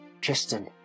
Tristan